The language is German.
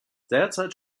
derzeit